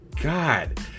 God